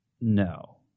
No